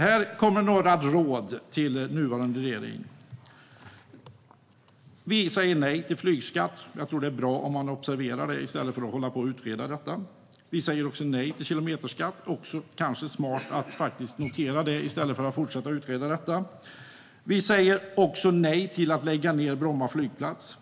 Här kommer några råd till nuvarande regering: Vi säger nej till flygskatt. Jag tror att det är bra att man observerar det i stället för att hålla på och utreda det. Vi säger också nej till kilometerskatt. Det kan vara smart att notera det i stället för att fortsätta utreda. Vi säger också nej till att lägga ned Bromma flygplats.